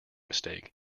mistake